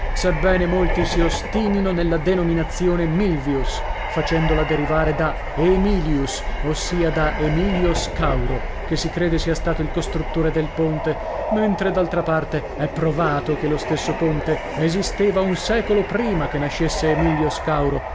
faccia sebbene molti si ostinino nella denominazione milvius facendola derivare da aemilius ossia da emilio scauro che si crede sia stato il costruttore del ponte mentre d'altra parte è provato che lo stesso ponte esisteva un secolo prima che nascesse emilio scauro